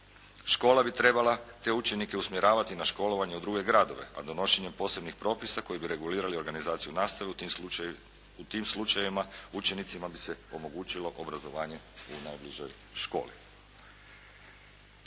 Škola bi trebala te učenike usmjeravati na školovanje u druge gradove, a donošenjem posebnih propisa koji bi regulirali organizaciju nastave u tim slučajevima učenicima bi se omogućilo obrazovanje u najbližoj školi.